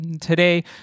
Today